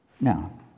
Now